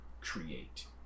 create